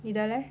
你的 leh